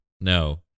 No